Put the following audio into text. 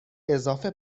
اضافه